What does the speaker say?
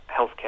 healthcare